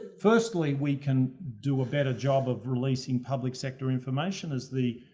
firstly, we can do a better job of releasing public sector information as the.